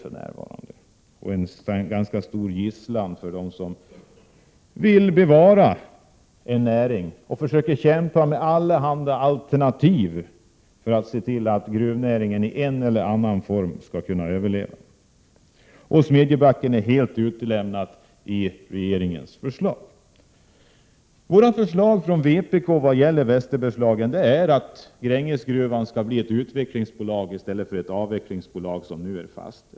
Den är ett gissel för dem som vill bevara gruvnäringen och med allehanda alternativ försöker kämpa för att gruvnäringen i en eller annan form skall kunna överleva. Smedjebacken är helt utelämnat i regeringens förslag. Vpk:s förslag för Västerbergslagen innebär att Grängesbergsgruvan skall bli ett utvecklingsbolag i stället för ett avvecklingsbolag, som det har fastställts.